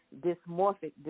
dysmorphic